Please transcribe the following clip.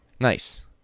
Nice